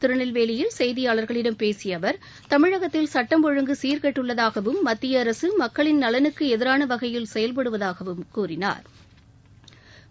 திருநெல்வேலியில் செய்தியாளர்களிடம் பேசிய அவர் தமிழகத்தில் சட்டம் ஒழுங்கு சீர்கெட்டுள்ளதாகவும் மத்திய அரசு மக்களின் நலனுக்கு எதிராக வகையில் செயல்படுவதாகவும் கூறினாா்